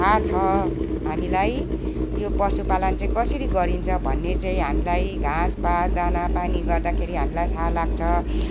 थाहा छ हामीलाई यो पशुपालन चाहिँ कसरी गरिन्छ भन्ने चाहिँ हामीलाई घाँसपात दानापानी गर्दाखेरि हामीलाई थाहा लाग्छ